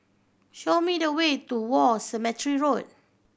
show me the way to War Cemetery Road